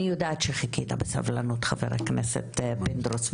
אני יודעת שחיכית בסבלנות, חבר הכנסת פינדרוס.